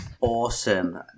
awesome